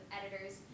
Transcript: editors